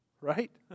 Right